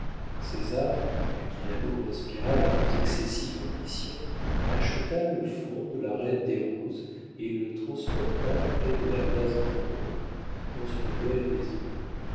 césar à qui l'amour inspira la plus excessive ambition acheta le fonds de la reine des roses et le transporta près de la place vendôme dans une belle maison